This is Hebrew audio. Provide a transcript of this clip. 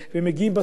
ובסוף,